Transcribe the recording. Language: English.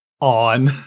on